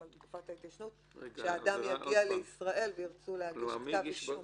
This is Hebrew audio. על תקופת ההתיישנות כשהאדם יגיע לישראל וירצו להגיש כתב אישום.